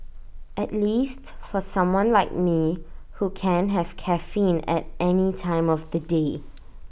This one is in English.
at least for someone like me who can have caffeine at any time of the day